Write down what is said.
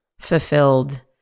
fulfilled